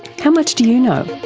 how much do you know?